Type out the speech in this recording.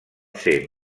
ser